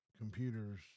Computers